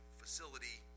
facility